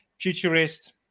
futurist